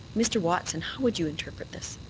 mr. watson, how would you interpret this?